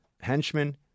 henchmen